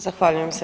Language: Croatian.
Zahvaljujem se.